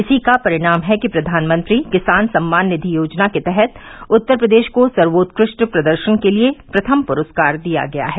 इसी का परिणाम है कि प्रधानमंत्री किसान सम्मान निधि योजना के तहत उत्तर प्रदेश को सर्वोत्कृष्ट प्रदर्शन के लिये प्रथम पुरस्कार दिया गया है